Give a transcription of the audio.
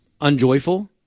unjoyful